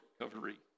recovery